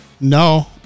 No